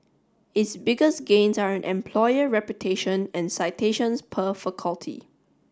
its biggest gains are in employer reputation and citations per faculty